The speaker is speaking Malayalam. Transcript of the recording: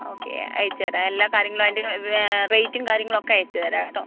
ഓക്കെ അയച്ച് തരാം എല്ലാ കാര്യങ്ങളും അതിൻ്റെ റേറ്റും കാര്യങ്ങളൊക്കെ അയച്ച് തരാം കേട്ടോ